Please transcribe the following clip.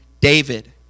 david